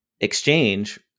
exchange